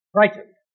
Frightened